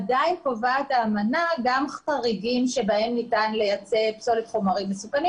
עדיין קובעת האמנה גם חריגים בהם ניתן לייצא פסולת חומרים מסוכנים